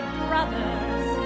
brothers